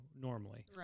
normally